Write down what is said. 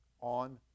on